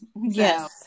Yes